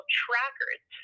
trackers